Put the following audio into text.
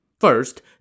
First